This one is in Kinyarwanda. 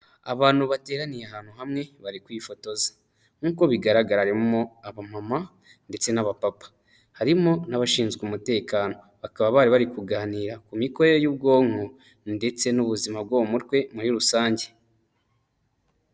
Abantu bateraniye ahantu hamwe bari kwifotoza, nk'uko bigaragara harimo aba mama ndetse n'abapapa, harimo n'abashinzwe umutekano bakaba bari bari kuganira ku mikore y'ubwonko, ndetse n'ubuzima bw bwo mu mutwe muri rusange.